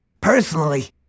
Personally